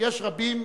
שיש רבים,